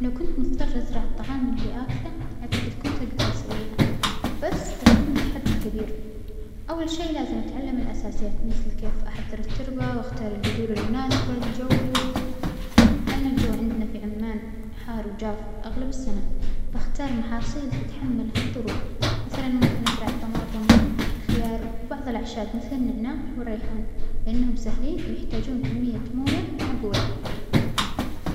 لو كنت مظطر أزرع الطعام اللى آكله أعتجد كنت أجدر أسويها، بس بتكون تحدى كبير، أول شي لازم أتعلم الأساسيات مثل كيف أحظر التربة وأختار البذور المناسبة لجو الموسم، مع إن الجو عندنا في عمان حار وجاف أغلب السنة، بختار محاصيل تتحمل هالظروف، مثلا ممكن أزرع الطماطم الخيار وبعظ الأعشاب مثل النعناع والريحان لأنهم ساهلين ويحتاجون كمية موية معجولة.